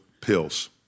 pills